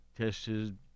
tested